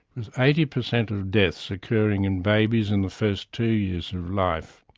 with eighty percent of deaths occurring in babies in the first two years of life.